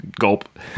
gulp